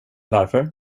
varför